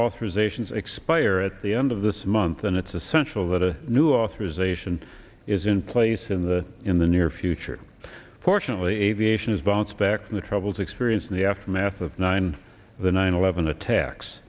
authorizations expire at the end of this month and it's essential that a new authorization is in place in the in the near future fortunately aviation is bounced back from the troubles experienced in the aftermath of nine the nine eleven attacks